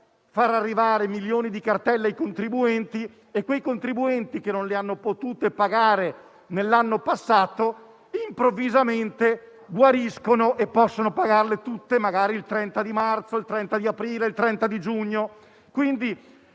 far arrivare milioni di cartelle ai contribuenti e quei contribuenti, che non le hanno potute pagare nell'anno passato, improvvisamente guariscono e possono pagarle tutte magari il 30 marzo, il 30 aprile, il 30 giugno.